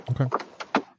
Okay